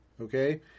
Okay